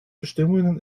bestimmungen